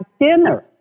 dinner